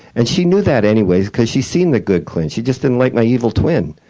and she knew that anyways, cause she seen the good clint, she just didn't like my evil twin,